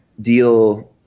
deal